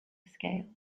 scale